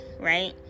right